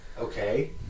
Okay